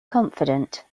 confident